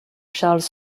charles